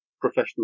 professional